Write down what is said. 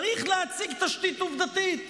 צריך להציג תשתית עובדתית,